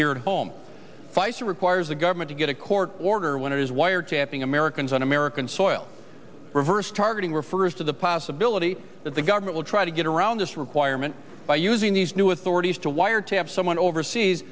here at home fights or requires a government to get a court order when it is wiretapping americans on american soil reversed targeting refers to the possibility that the government will try to get around this requirement by using these new authorities to wiretap someone overseas